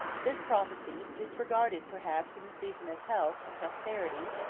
this prophecy, disregarded perhaps in the season of health and prosperity,